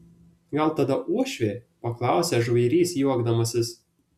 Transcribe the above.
gal tada uošvė paklausė žvairys juokdamasis